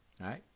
Right